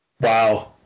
Wow